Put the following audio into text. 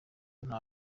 nta